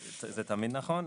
זה תמיד נכון.